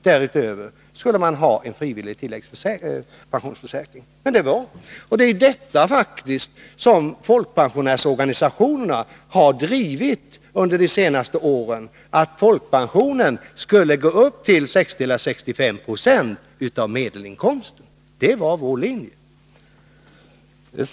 Dessutom skulle vi ha en frivillig tilläggspensionsförsäkring. Det är faktiskt detta som folkpensionärsorganisationerna drivit under de senaste åren, nämligen att folkpensionen skulle uppgå till 60 eller 65 26 av medelinkomsten. Detta var också vår linje.